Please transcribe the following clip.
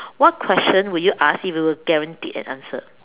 what question will you ask if you were guaranteed an answer